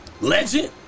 legend